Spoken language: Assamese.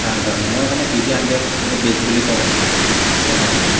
ভাল ভাল মই সেইকাৰণে পি ভি হাণড্ৰেড কিন্তু বেষ্ট বুলি কওঁ কেমেৰা ক্ষেত্ৰত